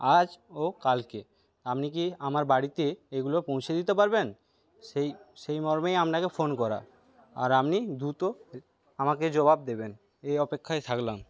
আজ ও কালকে আপনি কি আমার বাড়িতে এগুলো পৌঁছে দিতে পারবেন সেই সেই মর্মেই আপনাকে ফোন করা আর আপনি দ্রুত আমাকে জবাব দেবেন এই অপেক্ষায় থাকলাম